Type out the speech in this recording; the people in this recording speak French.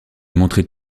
montrait